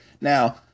Now